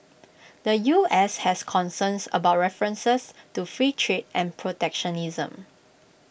the U S has concerns about references to free trade and protectionism